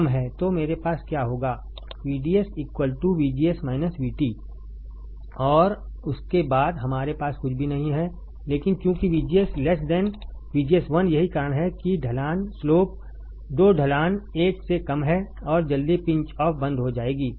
तो मेरे पास क्या होगा VDS VGS VT और उसके बाद हमारे पास कुछ भी नहीं है लेकिन चूंकि VGS VGS 1 यही कारण है कि ढलान 2 ढलान 1 से कम है और जल्दी पिंच ऑफ बंद हो जाएगी